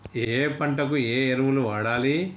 ఏయే పంటకు ఏ ఎరువులు వాడాలి?